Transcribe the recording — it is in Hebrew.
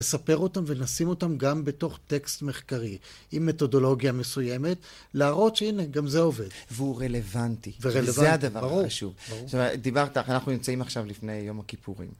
לספר אותם ולשים אותם גם בתוך טקסט מחקרי עם מתודולוגיה מסוימת, להראות שהנה, גם זה עובד. והוא רלוונטי. ורלוונטי, זה הדבר הראשון. ברור. דיברת, אנחנו נמצאים עכשיו לפני יום הכיפורים.